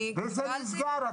וזה נסגר.